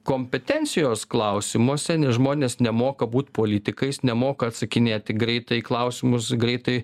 kompetencijos klausimo seni žmonės nemoka būt politikais nemoka atsakinėti greitai į klausimus greitai